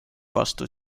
vastu